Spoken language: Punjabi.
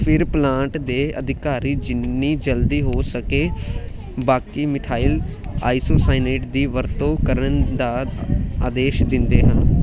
ਫਿਰ ਪਲਾਂਟ ਦੇ ਅਧਿਕਾਰੀ ਜਿੰਨੀ ਜਲਦੀ ਹੋ ਸਕੇ ਬਾਕੀ ਮਿਥਾਈਲ ਆਈਸੋਸਾਇਨੇਟ ਦੀ ਵਰਤੋਂ ਕਰਨ ਦਾ ਆਦੇਸ਼ ਦਿੰਦੇ ਹਨ